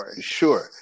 Sure